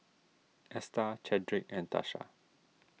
Esta Chadrick and Tasha